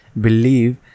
believe